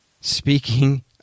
speaking